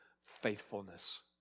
faithfulness